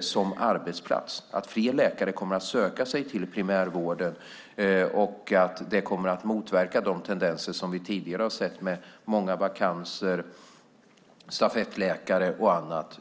som arbetsplats. Fler läkare kommer att söka sig till primärvården, och därmed motverkas de tendenser som vi tidigare sett med många vakanser, stafettläkare och annat.